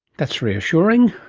that's reassuring.